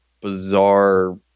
bizarre